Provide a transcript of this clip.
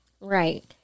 Right